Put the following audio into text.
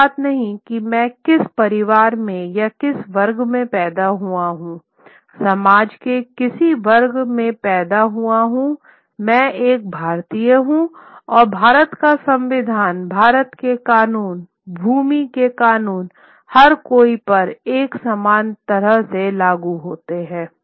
कोई बात नहीं मैं किस परिवार में या किस वर्ग में पैदा हुआ हूं समाज के किस वर्ग में पैदा हुआ हूं मैं एक भारतीय हूं और भारत का संविधान भारत के कानून भूमि के कानून हर कोई पर समान रूप से लागू होते हैं